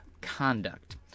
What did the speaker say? conduct